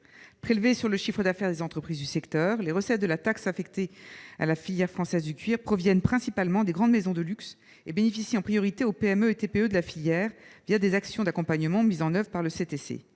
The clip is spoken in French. Prélevées sur le chiffre d'affaires des entreprises du secteur, les recettes de la taxe affectée à la filière française du cuir proviennent principalement des grandes maisons de luxe et profitent en priorité aux PME et TPE de la filière, des actions d'accompagnement mises en oeuvre par le CTC.